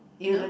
no